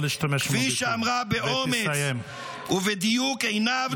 כפי שאמרה באומץ ובדיוק עינב צנגאוקר,